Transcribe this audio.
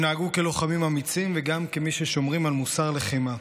הם נהגו כלוחמים אמיצים וגם כמי ששומרים על מוסר לחימה.